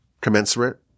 commensurate